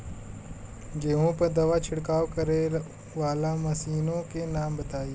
गेहूँ पर दवा छिड़काव करेवाला मशीनों के नाम बताई?